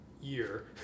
year